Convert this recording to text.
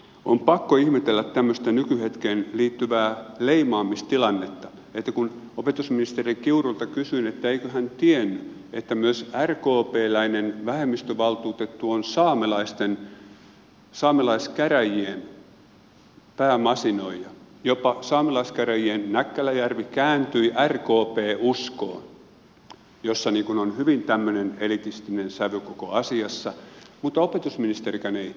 on pakko ihmetellä tämmöistä nykyhetkeen liittyvää leimaamistilannetta että kun opetusministeri kiurulta kysyin eikö hän tiennyt että myös rkpläinen vähemmistövaltuutettu on saamelaiskäräjien päämasinoija jopa saamelaiskäräjien näkkäläjärvi kääntyi rkp uskoon jossa on hyvin tämmöinen elitistinen sävy koko asiassa niin opetusministerikään ei tiennyt